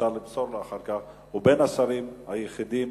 אפשר למסור לו אחר כך: הוא בין השרים היחידים